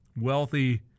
wealthy